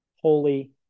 holy